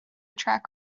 track